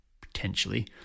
potentially